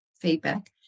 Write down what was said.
feedback